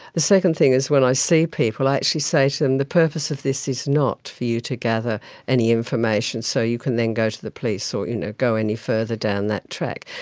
the second thing is when i see people, i actually say to them, the purpose of this is not for you to gather any information so you can then go to the police or you know go any further down that track.